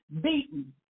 beaten